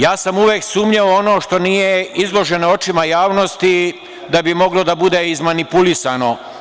Ja sam uvek sumnjao u ono što nije izloženo očima javnosti da bi moglo da bude izmanipulisano.